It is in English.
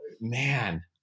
man